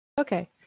okay